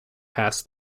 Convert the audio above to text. past